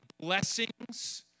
blessings